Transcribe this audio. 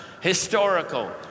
historical